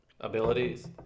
abilities